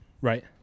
right